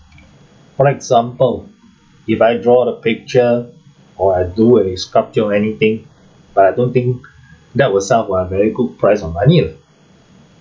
for example if I draw the picture or I do a sculpture or anything but I don't think that will sell for a very good price or money